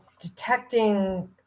detecting